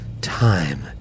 Time